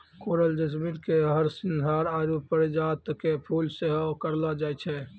coral jasmine के हरसिंहार आरु परिजात के फुल सेहो कहलो जाय छै